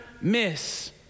miss